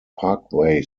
parkway